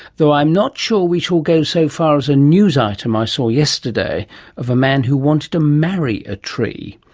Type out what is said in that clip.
though i'm not sure we shall go so far as a news item i saw yesterday of a man who wanted to marry a tree.